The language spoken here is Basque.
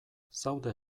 zaude